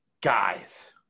guys